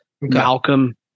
Malcolm